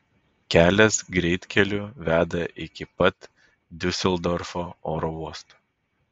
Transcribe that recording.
kelias greitkeliu veda iki pat diuseldorfo oro uosto